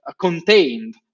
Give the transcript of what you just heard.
contained